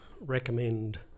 recommend